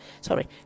Sorry